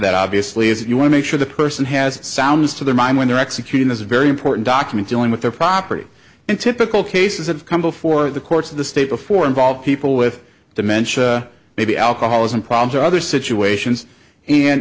that obviously is you want to make sure the person has sounds to their mind when they're executing this very important document dealing with their property and typical cases that come before the courts of the state before involve people with dementia maybe alcoholism problems or other situations and